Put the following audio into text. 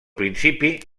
principi